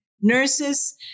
Nurses